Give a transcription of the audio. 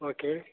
okay